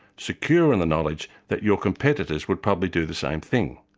secure in the knowledge that your competitors would probably do the same thing.